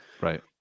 Right